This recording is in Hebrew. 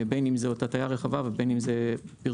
בין אם זאת הטעיה רחבה ובין אם זה פרסום,